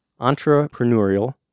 entrepreneurial